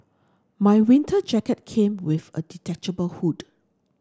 my winter jacket came with a detachable hood